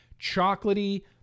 Chocolatey